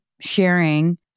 sharing